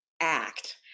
act